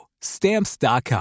Stamps.com